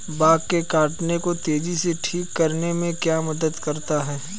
Bug के काटने को तेजी से ठीक करने में क्या मदद करता है?